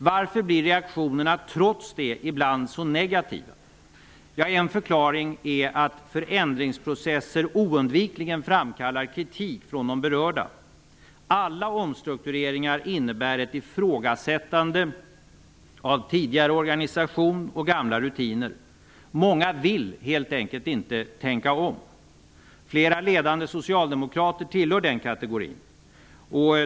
Varför blir reaktionerna trots det ibland så negativa? En förklaring är att förändringsprocesser oundvikligen framkallar kritik från de berörda. Alla omstruktureringar innebär ett ifrågasättande av tidigare organisation och gamla rutiner. Många vill helt enkelt inte tänka om. Flera ledande socialdemokrater tillhör den kategorin.